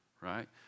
right